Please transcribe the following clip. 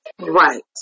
Right